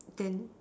then